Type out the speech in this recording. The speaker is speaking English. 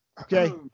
Okay